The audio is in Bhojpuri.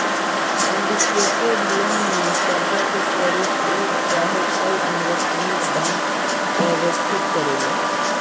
सिंडीकेटेड लोन में कर्जा के स्वरूप एक चाहे कई इन्वेस्टमेंट बैंक व्यवस्थित करेले